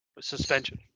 suspension